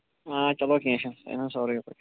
آ چلو کیٚنٛہہ چھُنہٕ